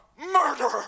Murderer